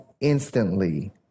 instantly